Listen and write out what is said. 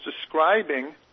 describing